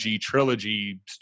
trilogy